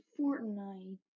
fortnite